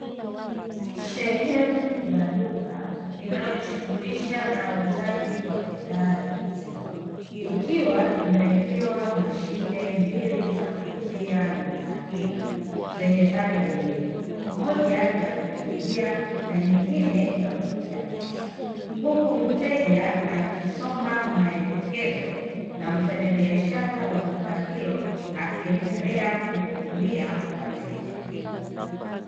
Sehemu ya duka linalojishughulisha na uuzaji wa bidhaa ya maziwa, ikiwa imewekewa mashine mbili za kuuzia bidhaa hiyo zenye pande mbili; moja ya kukingia na nyingine ya kuwekea pesa. Huku mteja akisoma maelekezo na mfanya biashara wa duka hilo akiendelea kuhudumia wateja.